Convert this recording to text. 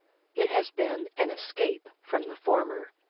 it has been an escape from the former,